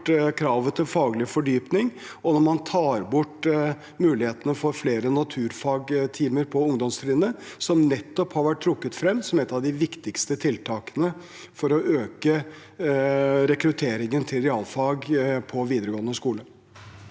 kravet til faglig fordypning og når man tar bort muligheten for flere naturfagtimer på ungdomstrinnet, som har vært trukket frem som et av de viktigste tiltakene for å øke rekrutteringen til realfag på videregående skole?